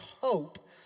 hope